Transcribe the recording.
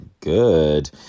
good